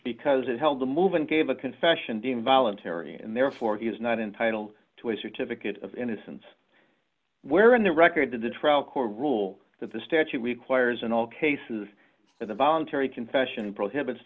because it held the movement of a confession being voluntary and therefore he is not entitled to a certificate of innocence where in the record of the trial court rule that the statute requires in all cases the voluntary confession prohibits